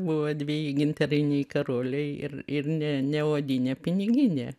buvo dveji gintariniai karoliai ir ir ne ne odinė piniginė